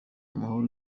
mahoro